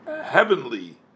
heavenly